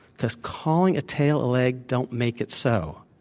because calling a tail a leg don't make it so.